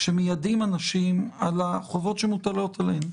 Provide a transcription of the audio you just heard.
שמיידעים אנשים על החובות שמוטלות עליהם.